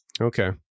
Okay